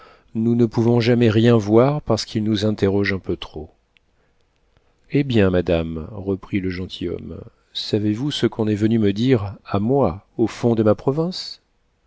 nous ne pouvons jamais rien voir parce qu'ils nous interrogent un peu trop eh bien madame reprit le gentilhomme savez-vous ce qu'on est venu me dire à moi au fond de ma province